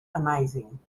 amazing